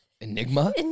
Enigma